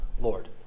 Lord